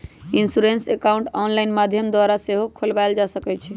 insurance account online माध्यम द्वारा सेहो खोलबायल जा सकइ छइ